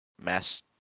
mass